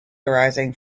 arising